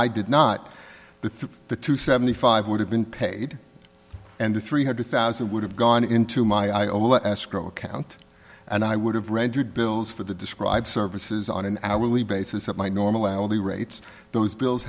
i did not the two seventy five would have been paid and the three hundred thousand would have gone into my old escrow account and i would have rendered bills for the described services on an hourly basis that my normally only rates those bills